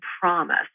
promise